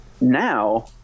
now